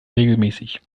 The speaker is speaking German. regelmäßig